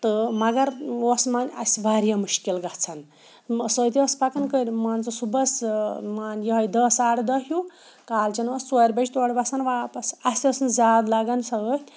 تہٕ مگر اوس وۄنۍ اَسہِ واریاہ مُشکل گژھان سۄ تہِ ٲس پَکان کٔرۍ مان ژٕ صُبَس مان یِہٕے دہ ساڑٕ دہ ہیوٗ کالچَن ٲس ژورِ بَجہِ تورٕ وَسان واپَس اَسہِ ٲس نہٕ زیادٕ لَگان سۭتۍ